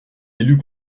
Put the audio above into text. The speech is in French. élus